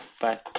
bye